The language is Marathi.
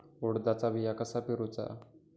उडदाचा बिया कसा पेरूचा?